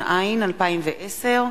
התש"ע 2010,